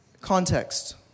context